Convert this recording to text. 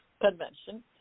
convention